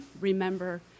remember